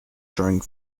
showing